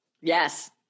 Yes